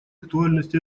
актуальность